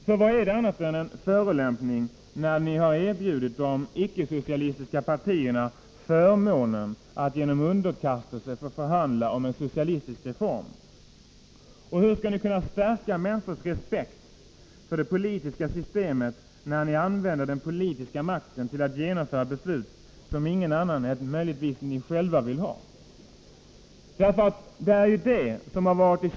För vad är det annat än en förolämpning, när ni har erbjudit de icke socialistiska partierna förmånen att genom underkastelse få förhandla om en socialistisk reform? Och hur skall ni kunna stärka människors respekt för det politiska systemet, när ni använder den politiska makten till att genomföra beslut som ingen annan än möjligtvis ni själva vill ha?